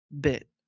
bit